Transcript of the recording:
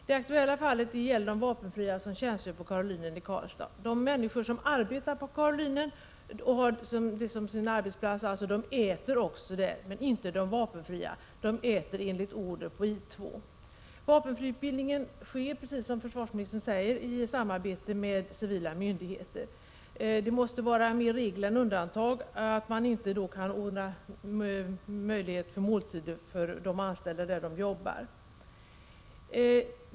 Det gäller de vapenfria som tjänstgör i Karolinen i Karlstad. De människor som har Karolinen som sin arbetsplats äter också där, men inte de vapenfria, utan de äter enligt order på I 2. Vapenfriutbildningen sker, precis som försvarsministern säger, i samarbete med civila myndigheter. Det torde vara mer regel än undantag att man inte kan ordna möjlighet till måltider för de anställda där de arbetar.